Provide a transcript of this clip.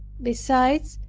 besides,